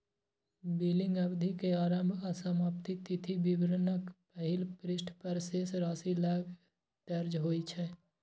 billing अवधि के आरंभ आ समाप्ति तिथि विवरणक पहिल पृष्ठ पर शेष राशि लग दर्ज होइ छै